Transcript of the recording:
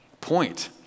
point